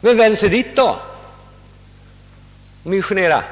Varför inte vända sig till riksdagen då och missionera